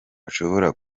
ashobora